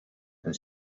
and